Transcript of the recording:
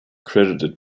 credited